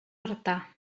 artà